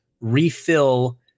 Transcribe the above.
refill